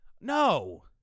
No